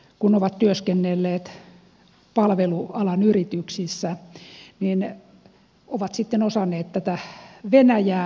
kun ovat työskennelleet palvelualan yrityksissä niin ovat sitten osanneet tätä venäjää hyödyntää